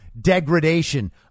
degradation